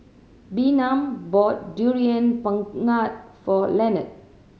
Bynum bought Durian Pengat for Lenard